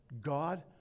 God